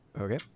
Okay